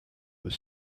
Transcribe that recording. was